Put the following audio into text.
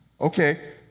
okay